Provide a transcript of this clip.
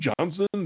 Johnson